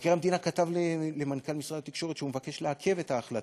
מבקר המדינה כתב למנכ"ל משרד התקשורת שהוא מבקש לעכב את ההחלטה.